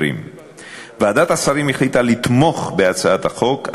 ועדת השרים החליטה לתמוך בהצעת החוק,